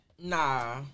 Nah